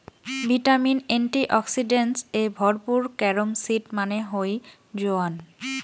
vitamin, antioxidants এ ভরপুর carom seed মানে হই জোয়ান